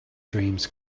dreams